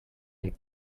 und